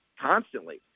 constantly